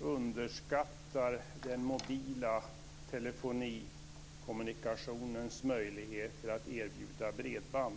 underskattar den mobila telefonikommunikationens möjligheter att erbjuda bredband.